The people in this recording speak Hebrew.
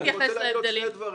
אולי כן תתייחס להבדלים?